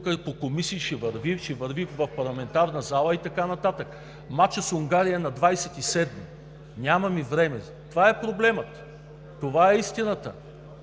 върви по комисии, ще върви в парламентарната зала и така нататък. Мачът с Унгария е на 27-ми и нямаме време. Това е проблемът, това е истината.